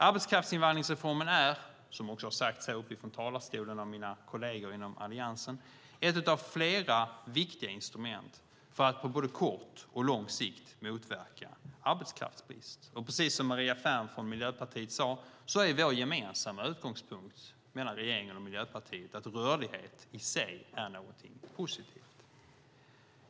Arbetskraftsinvandringsreformen är, vilket också sagts här i talarstolen av mina kolleger inom Alliansen, ett av flera viktiga instrument för att på både kort och lång sikt motverka arbetskraftsbrist. Precis som Maria Ferm från Miljöpartiet sade är den gemensamma utgångspunkten för regeringen och Miljöpartiet att rörlighet i sig är någonting positivt.